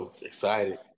Excited